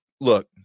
Look